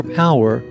power